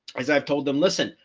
as i've told them, listen,